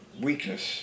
weakness